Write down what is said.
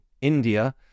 India